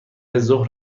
ظهر